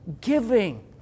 giving